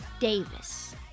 davis